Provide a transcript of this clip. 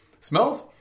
Smells